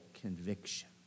conviction